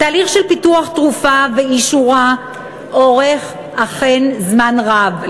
תהליך של פיתוח תרופה ואישורה אורך אכן זמן רב,